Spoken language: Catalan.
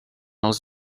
els